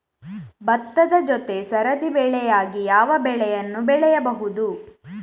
ಭತ್ತದ ಜೊತೆ ಸರದಿ ಬೆಳೆಯಾಗಿ ಯಾವ ಬೆಳೆಯನ್ನು ಬೆಳೆಯಬಹುದು?